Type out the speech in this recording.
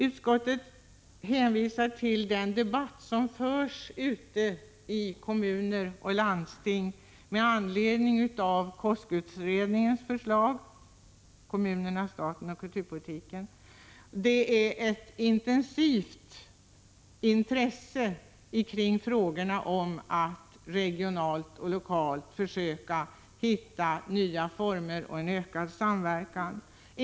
Utskottet hänvisar här till den debatt som förs i landsting och kommuner med anledning av kulturrådets utredning Kommunerna, staten och kulturpolitiken . Det är ett intensivt intresse, regionalt och lokalt, att försöka hitta nya former och få till stånd ökad samverkan.